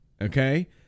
Okay